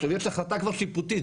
ויש החלטה כבר שיפוטית,